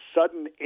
sudden